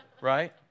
right